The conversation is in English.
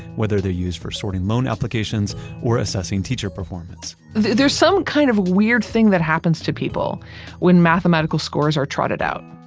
whether they're used for sorting loan applications or assessing teacher performance there's some kind of weird thing that happens to people when mathematical scores are trotted out.